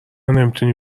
نمیتونی